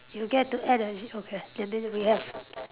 you get to add a ze~ okay and then we have